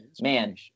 man